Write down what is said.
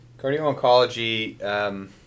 Cardio-oncology